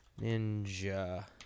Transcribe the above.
Ninja